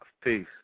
peace